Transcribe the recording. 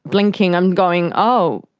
blinking and going, oh,